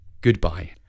goodbye